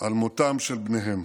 על מותם של בניהם,